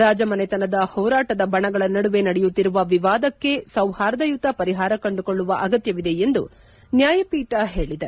ರಾಜಮನೆತನದ ಹೋರಾಟದ ಬಣಗಳ ನಡುವೆ ನಡೆಯುತ್ತಿರುವ ವಿವಾದಕ್ಕೆ ಸೌಹಾರ್ದಯುತ ಪರಿಹಾರ ಕಂಡುಕೊಳ್ಳುವ ಅಗತ್ತವಿದೆ ಎಂದು ನ್ವಾಯಪೀಠ ಹೇಳಿದೆ